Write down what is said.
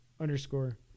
underscore